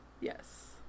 yes